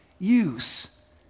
use